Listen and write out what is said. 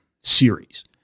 series